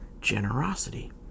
generosity